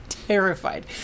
Terrified